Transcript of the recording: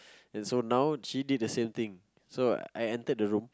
and so now she did the same thing so I entered the room